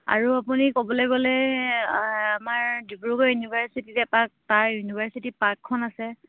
আৰু আপুনি ক'বলে গ'লে আমাৰ ডিব্ৰুগড় ইউনিভাৰ্চিটিত এপাক তাৰ ইউনিভাৰ্চিটি পাৰ্কখন আছে